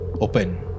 Open